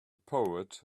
poet